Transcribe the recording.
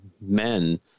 men